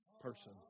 person